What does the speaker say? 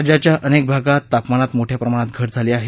राज्याच्या अनेक भागात तापमानात मोठ्या प्रमाणात घट झाली आहे